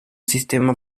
sistema